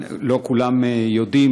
לא כולם יודעים,